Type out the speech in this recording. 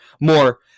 more